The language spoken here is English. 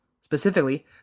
specifically